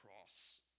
cross